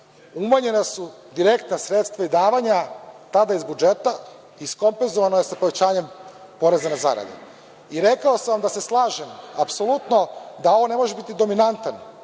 Umanjena su direktna sredstva i davanja tada iz budžeta, iskompenzovano je sa povećanjem poreza na zarade. Rekao sam vam da se slažem apsolutno da ovo ne može biti dominantan